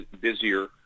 busier